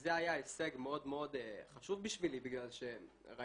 זה היה הישג מאוד מאוד חשוב בשבילי בגלל שהרגשתי